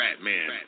Man